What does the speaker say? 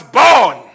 born